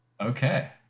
Okay